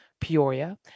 Peoria